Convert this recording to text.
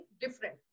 different